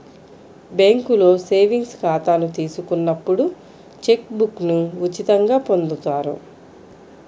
బ్యేంకులో సేవింగ్స్ ఖాతాను తీసుకున్నప్పుడు చెక్ బుక్ను ఉచితంగా పొందుతారు